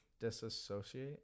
disassociate